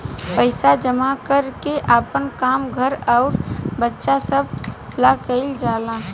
पइसा जमा कर के आपन काम, घर अउर बच्चा सभ ला कइल जाला